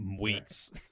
weeks